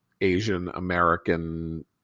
Asian-American